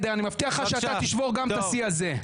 אני מבטיח לך שאתה תשבור גם את השיא הזה.